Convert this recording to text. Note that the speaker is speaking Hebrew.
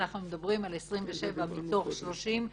אלא אנחנו מדברים על 27 מתוך 30,